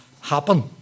happen